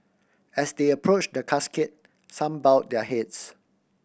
as they approached the casket some bowed their heads